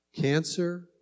cancer